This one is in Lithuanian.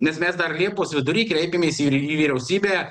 nes mes dar liepos vidury kreipėmės ir į vyriausybę